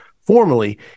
formally